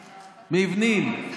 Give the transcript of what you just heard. מבנים?